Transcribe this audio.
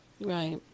Right